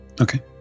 Okay